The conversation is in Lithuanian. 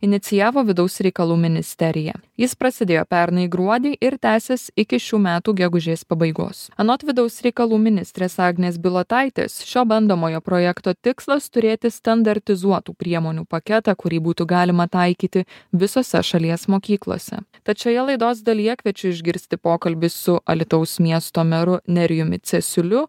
inicijavo vidaus reikalų ministerija jis prasidėjo pernai gruodį ir tęsis iki šių metų gegužės pabaigos anot vidaus reikalų ministrės agnės bilotaitės šio bandomojo projekto tikslas turėti standartizuotų priemonių paketą kurį būtų galima taikyti visose šalies mokyklose tad šioje laidos dalyje kviečiu išgirsti pokalbį su alytaus miesto meru nerijumi cesiuliu